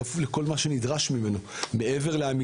מעבר לפקח עירוני, סמכויות שמוקנות לו בהתאם